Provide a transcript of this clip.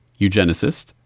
eugenicist